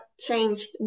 change